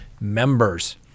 members